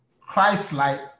Christ-like